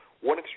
one